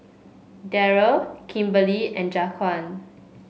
Daryl Kimberlie and Jaquan